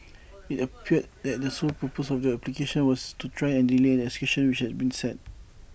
IT appeared that the sole purpose of the applications was to try and delay the execution which had been set